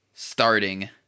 Starting